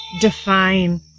define